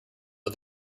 but